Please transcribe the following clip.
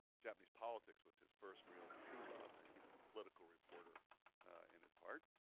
japanese politics was his first, real, true love. he's a political reporter in his heart.